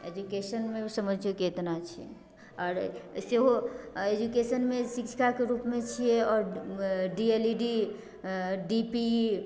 एजुकेशनमे समझ जइऔ कि एतना छै आर सेहो एजुकेशनमे शिक्षिकाके रूपमे छियै आओर D L E D D P इ